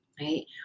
Right